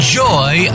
joy